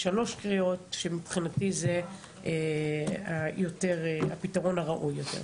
שעובר בשלוש קריאות, זה הפתרון הראוי יותר.